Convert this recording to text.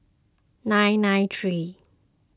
nine nine three